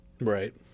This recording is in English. Right